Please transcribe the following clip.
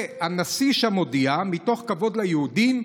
והנשיא שם הודיע: מתוך כבוד ליהודים,